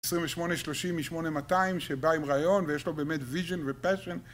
2830 מ-8200, שבא עם רעיון ויש לו באמת vision וpassion,